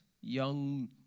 young